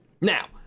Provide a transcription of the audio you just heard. now